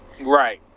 right